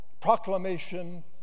Proclamation